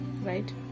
right